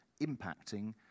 impacting